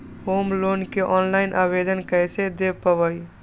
Home loan के online आवेदन कैसे दें पवई?